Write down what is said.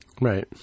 Right